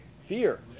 fear